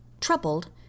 troubled